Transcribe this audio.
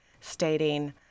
stating